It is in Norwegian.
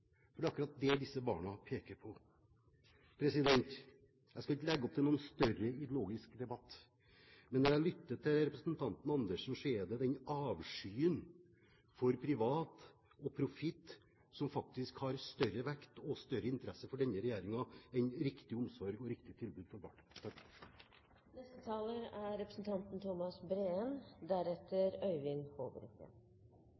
for det er akkurat det disse barna peker på. Jeg skal ikke legge opp til noen større ideologisk debatt, men når jeg lytter til representanten Andersen, hører jeg en avsky for private og for profitt, og det har faktisk større vekt og større interesse for denne regjeringen enn riktig omsorg og riktig tilbud for